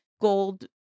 gold